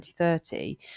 2030